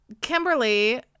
Kimberly